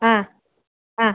ആ ആ